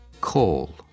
call